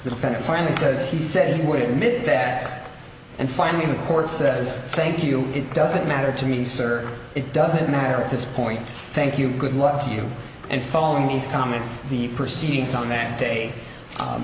defense finally says he said he would admit that and finally the court says thank you it doesn't matter to me sir it doesn't matter at this point thank you good luck to you and following these comments the proceedings on that day